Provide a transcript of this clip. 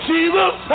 Jesus